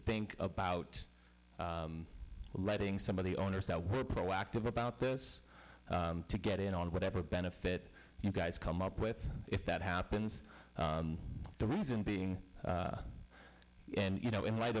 think about letting some of the owners that were proactive about this to get in on whatever benefit you guys come up with if that happens the reason being and you know in light